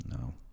No